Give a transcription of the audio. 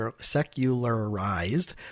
secularized